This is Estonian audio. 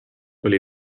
oli